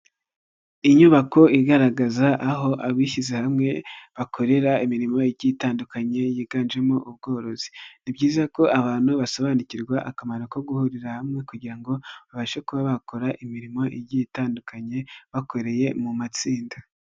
Inyubako igaragaza aho abishyize hamwe bakorera imirimo itandukanye yiganjemo ubworozi. Ni byiza ko abantu basobanukirwa akamaro ko guhurira hamwe kugira ngo babashe kuba bakora imirimo igiye itandukanye bakoreye mu matsinda.